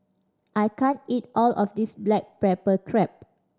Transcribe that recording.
I can't eat all of this black pepper crab